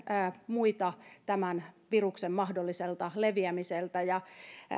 muita tämän viruksen mahdolliselta leviämiseltä